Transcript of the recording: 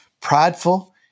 prideful